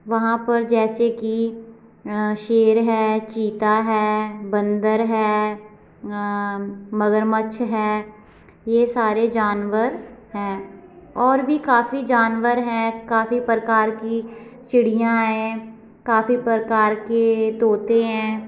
वहाँ पर जैसे की अ शेर है चीता है बंदर है अ मगरमच्छ है ये सारे जानवर हैं और भी काफी जानवर हैं काफी प्रकार की चिड़ियाँ हैं काफी प्रकार के तोते हैं